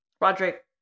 Roderick